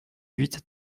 huit